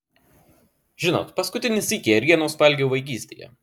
žinot paskutinį sykį ėrienos valgiau vaikystėje